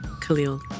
Khalil